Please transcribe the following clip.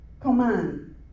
command